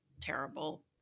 terrible